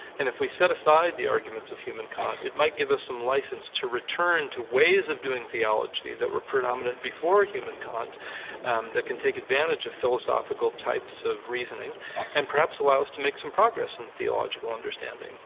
and if we set aside the arguments of hume and kant, it might give us some license to return to ways of doing theology that were predominant before hume and kant that can take advantage of philosophical types of reasoning and perhaps allow us to make some progress in theological understanding.